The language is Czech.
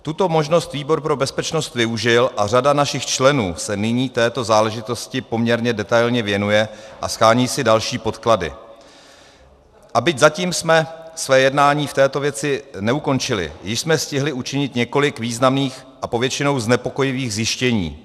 Tuto možnost výbor pro bezpečnost využil a řada našich členů se nyní této záležitosti poměrně detailně věnuje a shání si další podklady, a byť zatím jsme své jednání v této věci neukončili, již jsme stihli učinit několik významných a po většinou znepokojivých zjištění.